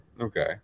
Okay